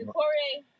Corey